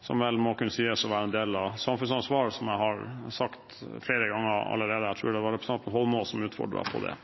som vel må kunne sies å være en del av samfunnsansvaret – som jeg har sagt flere ganger her allerede, jeg tror det var representanten Eidsvoll Holmås som utfordret meg på det.